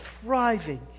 thriving